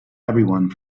everyone